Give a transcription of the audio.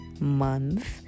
month